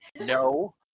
No